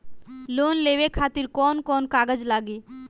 Loan लेवे खातिर कौन कौन कागज लागी?